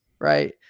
right